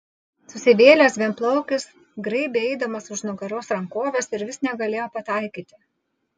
susivėlęs vienplaukis graibė eidamas už nugaros rankoves ir vis negalėjo pataikyti